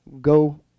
go